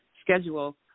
schedule